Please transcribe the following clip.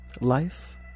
life